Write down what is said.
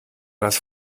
das